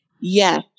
Yes